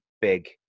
big